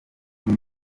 umwe